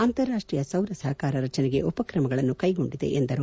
ಅಂತಾರಾಷ್ಟೀಯ ಸೌರ ಸಹಕಾರ ರಚನೆಗೆ ಉಪಕ್ರಮಗಳನ್ನು ಕೈಗೊಂಡಿದೆ ಎಂದರು